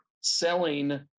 selling